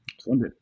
Sunday